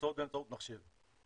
שמבוצעות באמצעות מחשב.